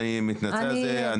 אני מתנצל על זה.